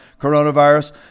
coronavirus